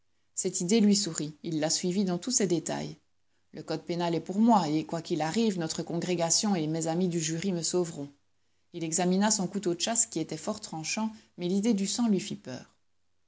cette idée lui sourit il la suivit dans tous ses détails le code pénal est pour moi et quoiqu'il arrive notre congrégation et mes amis du jury me sauveront il examina son couteau de chasse qui était fort tranchant mais l'idée du sang lui fit peur